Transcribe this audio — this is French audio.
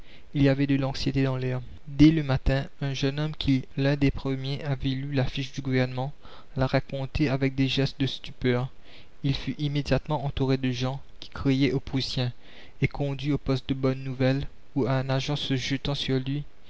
il y avait de l'anxiété dans l'air dès le matin un jeune homme qui l'un des premiers avait lu l'affiche du gouvernement la racontait avec des gestes de stupeur il fut immédiatement entouré de gens qui criaient aux prussiens et conduit au poste de bonne-nouvelle où un agent se jetant sur lui